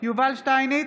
יובל שטייניץ,